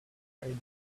riding